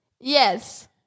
Yes